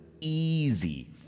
easy